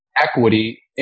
equity